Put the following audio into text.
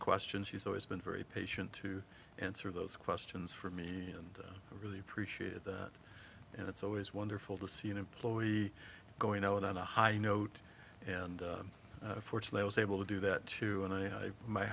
questions she's always been very patient to answer those questions for me and i really appreciate that and it's always wonderful to see an employee going out on a high note and fortunately i was able to do that too and i my